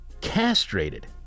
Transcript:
castrated